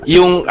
Yung